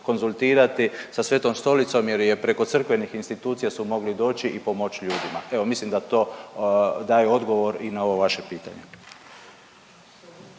konzultirati sa Svetom Stolicom jer je preko crkvenih institucija su mogli doći i pomoći ljudima, evo, mislim da to daje odgovor i na ovo vaše pitanje.